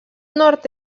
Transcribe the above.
nord